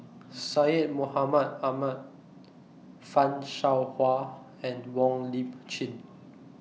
Syed Mohamed Ahmed fan Shao Hua and Wong Lip Chin